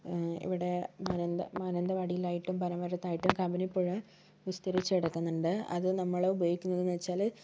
ഇവിടെ മാനന്ത മാനന്തവാടിയിലായിട്ടും പനമരത്തായിട്ടും കബനിപ്പുഴ വിസ്തരിച്ച് കിടക്കുന്നുണ്ട് അത് നമ്മള് ഉപയോഗിക്കുന്നതെന്ന് വച്ചാല്